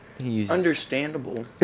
Understandable